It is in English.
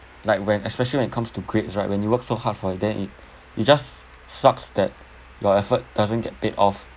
like when especially when it comes to grades right when you work so hard for it then it it just sucks that your effort doesn't get paid off